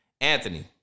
Anthony